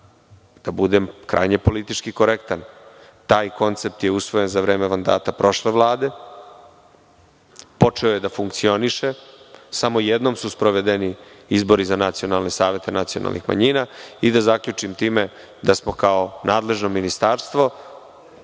da budem krajnje politički korektan, taj koncept je usvojen za vreme mandata prošle Vlade. Počeo je da funkcioniše. Samo jednom su sprovedeni izbori za nacionalne savete nacionalnih manjina. Da zaključim time da smo kao nadležno ministarstvo